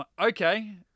Okay